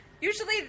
Usually